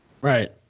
Right